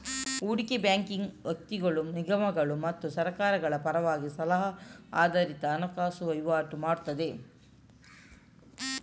ಹೂಡಿಕೆ ಬ್ಯಾಂಕಿಂಗು ವ್ಯಕ್ತಿಗಳು, ನಿಗಮಗಳು ಮತ್ತು ಸರ್ಕಾರಗಳ ಪರವಾಗಿ ಸಲಹಾ ಆಧಾರಿತ ಹಣಕಾಸು ವೈವಾಟು ಮಾಡ್ತದೆ